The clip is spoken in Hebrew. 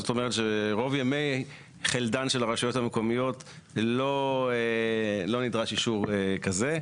זאת אומרת שרוב ימי חלדו של הרשויות המקומיות לא נדרש אישור כזה.